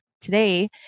today